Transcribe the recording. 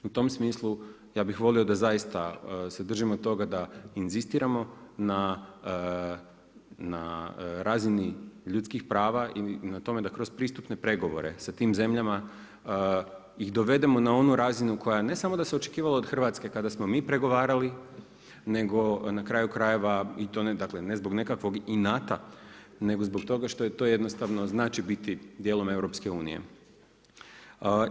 I u tom smislu ja bih volio da zaista se držimo toga da inzistiramo na razini ljudskih prava i na tome da kroz pristupne pregovore sa tim zemljama ih dovedemo na onu razinu koja ne samo da se očekivala od Hrvatske kada smo mi pregovarali, nego na kraju i to ne zbog nekakvog inata, nego zbog toga što to jednostavno znači biti djelom EU-a.